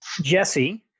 Jesse